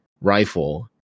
rifle